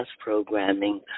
programming